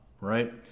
right